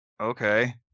Okay